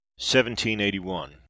1781